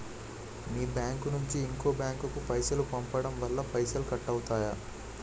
మీ bank నుంచి ఇంకో bank కు పైసలు పంపడం వల్ల పైసలు కట్ అవుతయా?